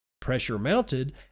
pressure-mounted